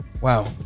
wow